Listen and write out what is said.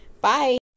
Bye